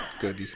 Good